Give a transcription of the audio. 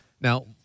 Now